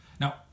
Now